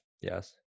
Yes